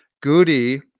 Goody